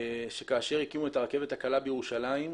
שכאשר הקימו את הרכבת הקלה בירושלים,